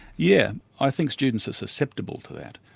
yeah i think students are susceptible to that,